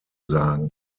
sagen